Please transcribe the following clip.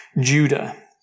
Judah